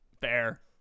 Fair